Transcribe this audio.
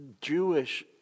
Jewish